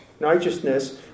righteousness